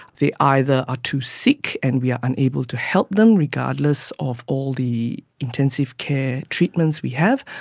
they either are too sick and we are unable to help them, regardless of all the intensive care treatments we have,